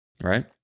Right